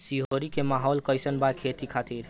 सिरोही के माहौल कईसन बा खेती खातिर?